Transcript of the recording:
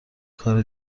کار